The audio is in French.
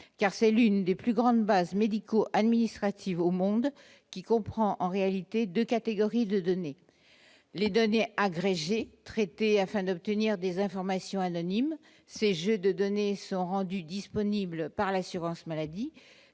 car c'est l'une des plus grandes bases médico-administratives au monde qui comprend en réalité 2 catégories de données, les données agrégées traité afin d'obtenir des informations anonymes, ces jeux de données sont rendus disponibles par l'assurance maladie,